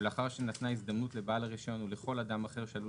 לאחר שנתנה הזדמנות לבעל הרישיון ולכל אחד אחר שעשוי